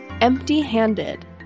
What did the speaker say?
empty-handed